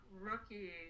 Rookie